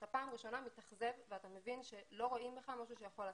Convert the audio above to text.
אתה פעם ראשונה מתאכזב ואתה מבין שלא רואים בך משהו שיכול לתת.